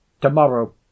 Tomorrow